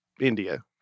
India